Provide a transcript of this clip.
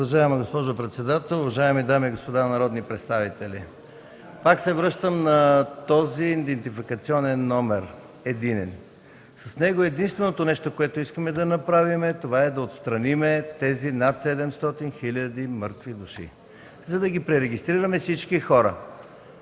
Уважаема госпожо председател, уважаеми дами и господа народни представители! Пак се връщам на този идентификационен номер (единен). С него единственото, което искаме да направим, е да отстраним тези над 700 хил. мъртви души, за да пререгистрираме всички хора.